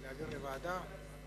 להעביר לוועדה?